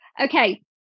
Okay